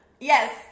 yes